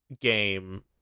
game